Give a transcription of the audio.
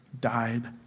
died